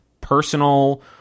personal